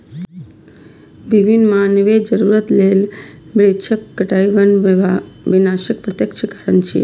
विभिन्न मानवीय जरूरत लेल वृक्षक कटाइ वन विनाशक प्रत्यक्ष कारण छियै